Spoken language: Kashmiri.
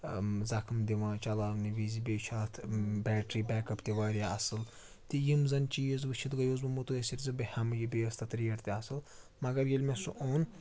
زخٕم دِوان چلاونہٕ وِزِ بیٚیہِ چھِ اَتھ بیٹری بیک اَپ تہِ واریاہ اَصٕل تہٕ یِم زَن چیٖز وٕچھِتھ گٔیاوس بہٕ مُتٲثر زِ بہٕ ہٮ۪مہٕ یہِ بیٚیہِ ٲس تَتھ ریٹ تہِ اَصٕل مگر ییٚلہِ مےٚ سُہ اوٚن